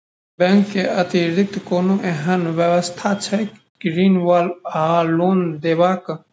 Bank केँ अतिरिक्त कोनो एहन व्यवस्था छैक ऋण वा लोनदेवाक?